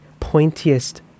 pointiest